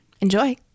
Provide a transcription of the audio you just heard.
Enjoy